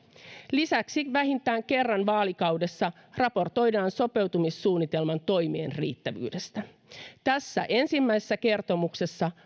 lisäksi vähintään kerran vaalikaudessa raportoidaan sopeutumissuunnitelman toimien riittävyydestä tässä ensimmäisessä kertomuksessa